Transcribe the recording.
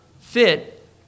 fit